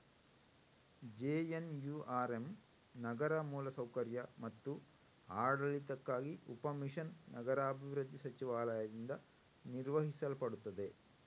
JNURM ನಗರ ಮೂಲ ಸೌಕರ್ಯ ಮತ್ತು ಆಡಳಿತಕ್ಕಾಗಿ ಉಪ ಮಿಷನ್ ನಗರಾಭಿವೃದ್ಧಿ ಸಚಿವಾಲಯದಿಂದ ನಿರ್ವಹಿಸಲ್ಪಡುತ್ತದೆ